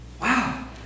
Wow